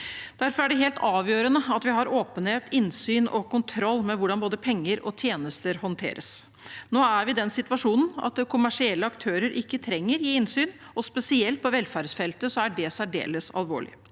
Derfor er det helt avgjørende at vi har åpenhet, innsyn i og kontroll med hvordan både penger og tjenester håndteres. Nå er vi den situasjonen at kommersielle aktører ikke trenger å gi innsyn. Spesielt på velferdsfeltet er det særdeles alvorlig.